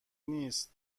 نیس